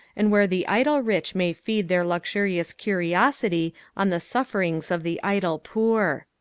and where the idle rich may feed their luxurious curiosity on the sufferings of the idle poor.